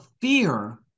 fear